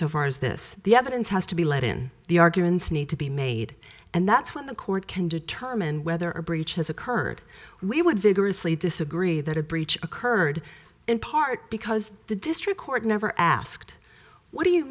so far as this the evidence has to be let in the arguments need to be made and that's when the court can determine whether a breach has occurred we would vigorously disagree that a breach occurred in part because the district court never asked what do you